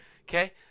Okay